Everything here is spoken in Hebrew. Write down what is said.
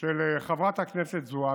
של חברת הכנסת זועבי,